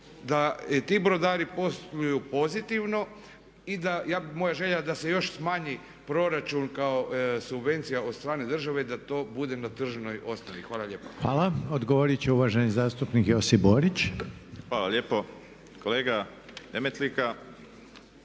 da i ti brodari posluju pozitivno i da, moja je želja da se još smanji proračun kao subvencija od strane države, da to bude na tržnoj osnovi. Hvala lijepa. **Reiner, Željko (HDZ)** Hvala. Odgovorit će uvaženi zastupnik Josip Borić. **Borić, Josip (HDZ)** Hvala lijepo. Kolega Demetlika,